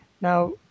Now